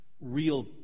Real